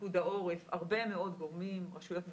פיקוח העורף, הרבה מאוד גורמים, רשויות מקומיות,